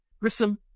Grissom